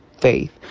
faith